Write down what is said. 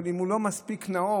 אבל אם הוא לא מספיק נאור,